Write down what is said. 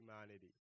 humanity